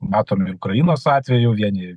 matome ukrainos atveju vieni